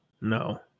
no